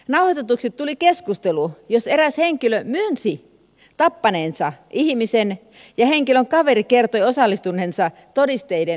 nauhoitetuksi tuli keskustelu jossa eräs henkilö myönsi tappaneensa ihmisen ja henkilön kaveri kertoi osallistuneensa todisteiden hävittämiseen